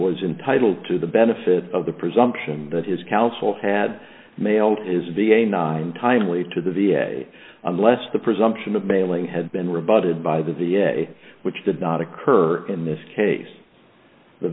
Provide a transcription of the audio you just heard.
was entitle to the benefit of the presumption that his counsel had mailed is v a nine timely to the v a unless the presumption of mailing had been rebutted by the a which did not occur in this case the